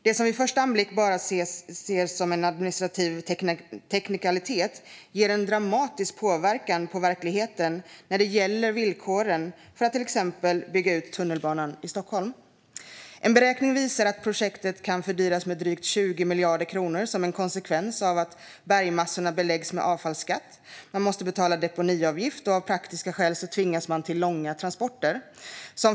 Det som vid första anblick bara ses som en administrativ teknikalitet ger en dramatisk påverkan på verkligheten när det gäller villkoren för att till exempel bygga ut tunnelbanan i Stockholm. En beräkning visar att projektet kan fördyras med drygt 20 miljarder kronor som en konsekvens av att bergmassorna beläggs med avfallsskatt. Man måste betala deponiavgift, och av praktiska skäl tvingas man till långa transporter.